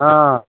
हँ